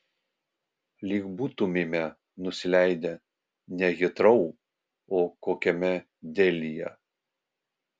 lyg būtumėme nusileidę ne hitrou o kokiame delyje